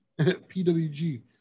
PWG